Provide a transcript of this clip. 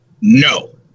No